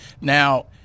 Now